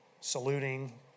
saluting